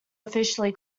officially